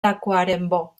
tacuarembó